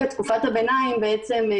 בפניכם.